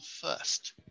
first